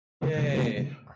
Yay